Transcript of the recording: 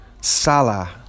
Salah